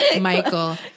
Michael